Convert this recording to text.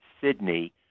Sydney